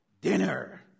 Dinner